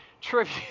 trivia